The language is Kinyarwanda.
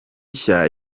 nshya